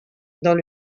dans